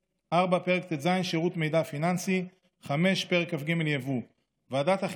4. פרק ט"ז (שירות מידע פיננסי); 5. פרק כ"ג (יבוא).